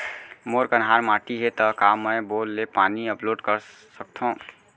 मोर कन्हार माटी हे, त का मैं बोर ले पानी अपलोड सकथव?